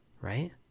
right